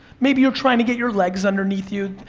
maybe you're trying to get your legs underneath you,